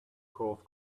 coarse